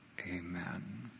Amen